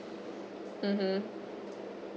mmhmm